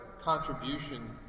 contribution